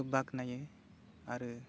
बाख्नायो आरो